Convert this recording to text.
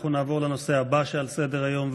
אנחנו נעבור לנושא הבא שעל סדר-היום,